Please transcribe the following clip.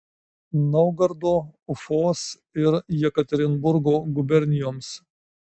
naugardo ufos ir jekaterinburgo gubernijoms